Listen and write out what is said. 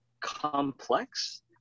complex